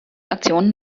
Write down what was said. aktionen